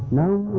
know